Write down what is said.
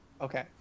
Okay